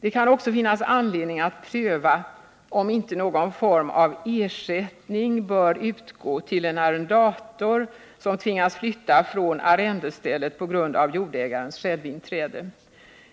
Det kan också finnas anledning att pröva, om inte någon form av ersättning bör utgå till en arrendator som tvingas flytta från arrendestället på grund av jordägarens självinträde.